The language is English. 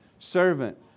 Servant